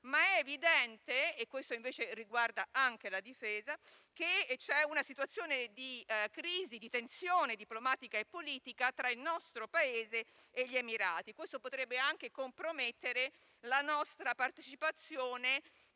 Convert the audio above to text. ma è evidente - e questo invece riguarda anch'essa - che c'è una situazione di crisi e di tensione diplomatica e politica tra il nostro Paese e gli Emirati Arabi. Questo potrebbe anche compromettere la nostra partecipazione